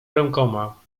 rękoma